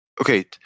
okay